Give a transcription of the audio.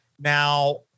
now